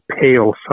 pale